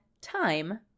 time